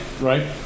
Right